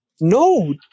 no